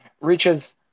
reaches